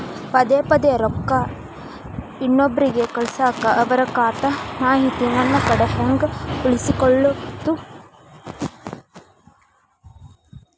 ಪದೆ ಪದೇ ರೊಕ್ಕ ಇನ್ನೊಬ್ರಿಗೆ ಕಳಸಾಕ್ ಅವರ ಖಾತಾ ಮಾಹಿತಿ ನನ್ನ ಕಡೆ ಹೆಂಗ್ ಉಳಿಸಿಕೊಳ್ಳೋದು?